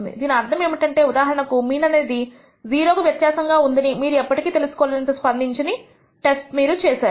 దీని అర్థం ఏమిటంటే ఉదాహరణకు మీన్ అనేది 0 కు వ్యత్యాసం గా ఉందని మీరు ఎప్పటికీ తెలుసుకోలేనంత స్పందించని టెస్ట్ మీరు చేశారు